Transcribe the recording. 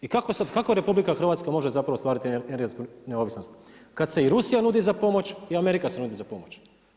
I kako sad, kako RH može zapravo ostvariti energetsku neovisnost kada se i Rusija nudi za pomoć i Amerika se nudi za pomoć.